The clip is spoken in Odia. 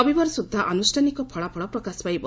ରବିବାର ସୁନ୍ଦା ଆନୁଷ୍ଠାନିକ ଫଳାଫଳ ପ୍ରକାଶ ପାଇବ